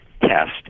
test